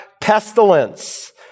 pestilence